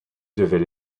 devait